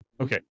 Okay